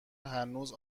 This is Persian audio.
هنوز